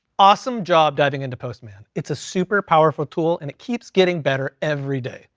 awesome job diving into postman. it's a super powerful tool, and it keeps getting better every day.